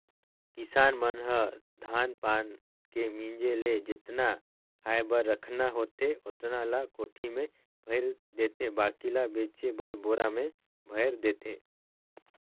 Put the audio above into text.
किसान मन ह धान पान के मिंजे ले जेतना खाय बर रखना होथे ओतना ल कोठी में भयर देथे बाकी ल बेचे बर बोरा में भयर देथे